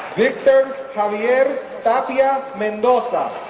victor javier tapia mendoza